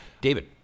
David